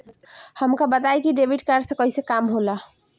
हमका बताई कि डेबिट कार्ड से कईसे काम होला?